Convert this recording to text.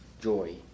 joy